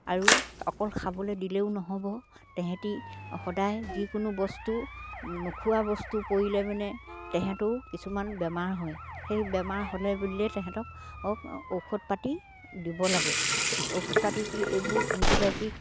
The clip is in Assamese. আৰু অকল খাবলে দিলেও নহ'ব তেহেঁতি সদায় যিকোনো বস্তু নোখোৱা বস্তু পৰিলে মানে তেহেঁতেও কিছুমান বেমাৰ হয় সেই বেমাৰ হ'লে বুলিলে তেহেঁতক ঔষধ পাতি দিব লাগে ঔষধ পাতি কি এইবোৰ এণ্টিবায়'টিক